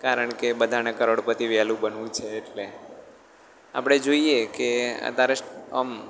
કારણ કે બધાને કરોડપતિ વહેલું બનવું છે એટલે આપણે જોઈએ કે અત્યારે આમ